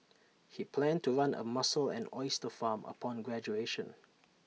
he planned to run A mussel and oyster farm upon graduation